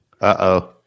Uh-oh